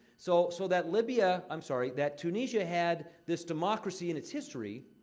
so so that libya i'm sorry, that tunisia had this democracy in its history